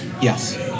yes